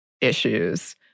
issues